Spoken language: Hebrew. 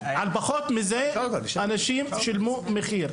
על פחות מזה אנשים שילמו מחיר.